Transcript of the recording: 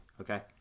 Okay